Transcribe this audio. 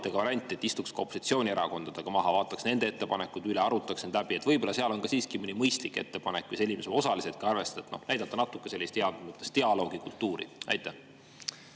et istuks ka opositsioonierakondadega maha, vaataks nende ettepanekud üle ja arutaks need läbi, sest võib-olla seal on siiski mõni mõistlik ettepanek või selline, mida saaks osaliselt arvestada, et näidata natuke sellist heas mõttes dialoogikultuuri? Aitäh!